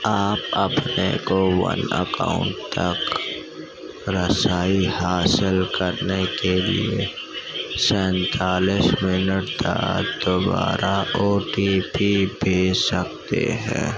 آپ اپنے CoWIN account تک رسائی حاصل کرنے کے لیے سینتالیس منٹ بعد دوبارہ او ٹی پی بھیج سکتے ہیں